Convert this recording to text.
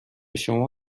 شما